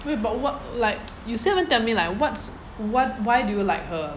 wait but what like you still haven't tell me like what's what why do you like her